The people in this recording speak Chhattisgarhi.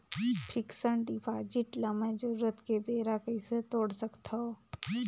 फिक्स्ड डिपॉजिट ल मैं जरूरत के बेरा कइसे तोड़ सकथव?